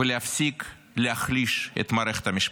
ולהפסיק להחליש את מערכת המשפט,